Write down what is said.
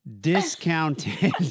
Discounted